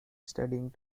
studying